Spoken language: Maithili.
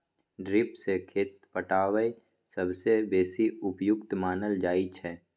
ड्रिप सँ खेत पटाएब सबसँ बेसी उपयुक्त मानल जाइ छै